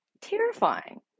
terrifying